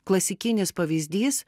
klasikinis pavyzdys